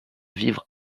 vivre